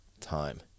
time